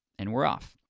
and we're off.